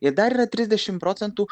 ir dar yra trisdešim procentų